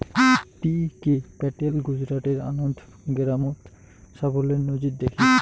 টি K Patel গুজরাটের আনন্দ গেরামত সাফল্যের নজির দ্যাখি